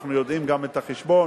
אנחנו יודעים גם את החשבון,